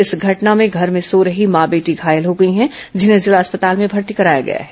इस घटना में घर में सो रही माँ बेटी घायल हो गई है जिन्हें जिला अस्पताल में भर्ती कराया गया है